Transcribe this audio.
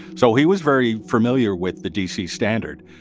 so he was very familiar with the dc standard.